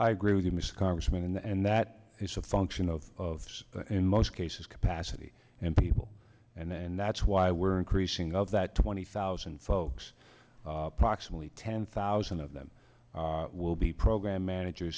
i agree with the most congressmen and that is a function of in most cases capacity and people and that's why we're increasing out that twenty thousand folks approximately ten thousand of them will be program manager